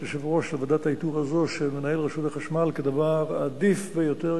יושב-ראש לוועדת האיתור הזו של מנהל רשות החשמל כדבר העדיף ביותר,